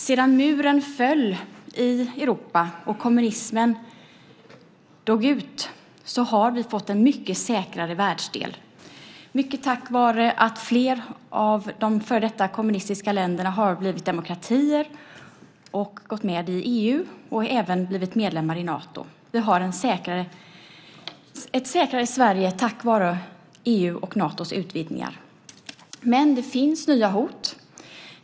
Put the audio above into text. Sedan muren föll i Europa och kommunismen dog ut har vi fått en mycket säkrare världsdel, mycket tack vare att fler av de före detta kommunistiska länderna har blivit demokratier, gått med i EU och även blivit medlemmar i Nato. Vi har ett säkrare Sverige tack vare EU:s och Natos utvidgningar. Men det finns nya hot.